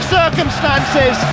circumstances